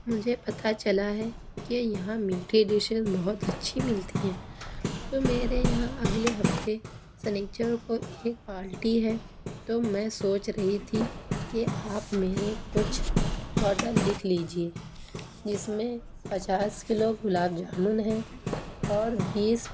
مجھے پتا چلا ہے کہ یہاں میٹھے ڈشز بہت اچھی ملتی ہیں تو میرے یہاں اگلے ہفتے سنیچر کو ایک پارٹی ہے تو میں سوچ رہی تھی کہ آپ میرے کچھ آڈر لکھ لیجیے جس میں پچاس کلو گلاب جامن ہیں اور بیس